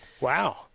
Wow